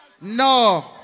No